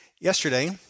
Yesterday